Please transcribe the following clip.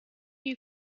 you